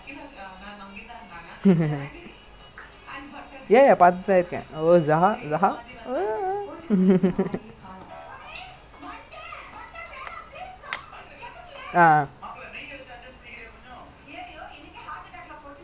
!wah! actually எனக்கும் தெரியும் அதெல்லா:enakkum theriyum athellaa lah நீ அந்த:nee antha sports match பாக்கிறியா இல்லயா:paakkiriyaa illayaa okay okay oh my god this sanjay right tomorrow நம்ம:namma twelve o'clock meet பன்னனுனு இருந்தோம்:pannanunu irunthom then this sanjay say he don't wanna wake up at twelve o'clock what twelve o'clock don't want to wake up